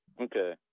Okay